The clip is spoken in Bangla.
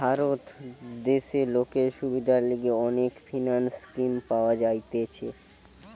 ভারত দেশে লোকের সুবিধার লিগে অনেক ফিন্যান্স স্কিম পাওয়া যাইতেছে